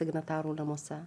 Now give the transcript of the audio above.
signatarų namuose